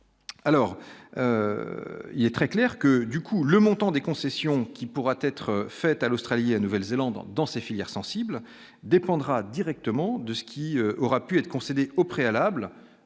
Alors il y a très clair que, du coup, le montant des concessions qui pourraient être faites à l'Australie et Nouvelle-Zélande dans ces filières sensible dépendra directement de ce qui aurait pu être concédés au préalable